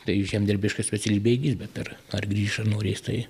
tai žemdirbišką specialybę įgis bet ar ar grįš ar norės tai